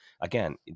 again